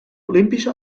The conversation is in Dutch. olympische